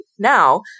Now